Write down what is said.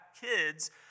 kids